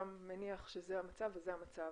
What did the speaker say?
גם מניח שזה המצב וזה המצב.